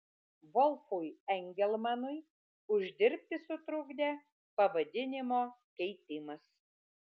volfui engelmanui uždirbti sutrukdė pavadinimo keitimas